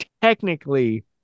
technically